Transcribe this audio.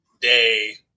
day